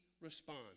respond